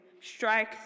strike